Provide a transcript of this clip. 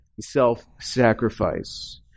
self-sacrifice